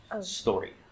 story